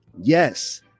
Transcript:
Yes